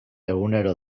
egunero